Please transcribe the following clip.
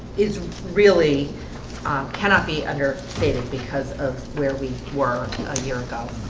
is really cannot be understated because of where we were a year ago